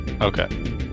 Okay